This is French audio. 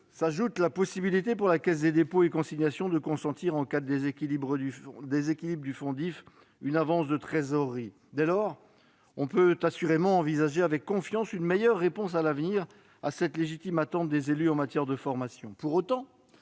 aussi la possibilité pour la CDC de consentir, en cas de déséquilibre du fonds DIFE, une avance de trésorerie. Dès lors, on peut assurément envisager avec confiance une meilleure réponse, à l'avenir, à cette légitime attente des élus en matière de formation.